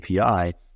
API